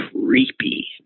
creepy